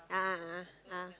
a'ah a'ah a'ah